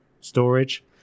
storage